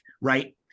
Right